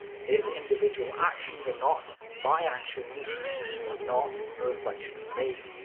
his individual actions are not my actions and are not a reflection of me.